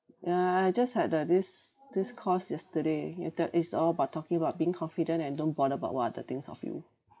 yeah I just had the this this course yesterday it talk it's all about talking about being confident and don't bother about what other thinks of you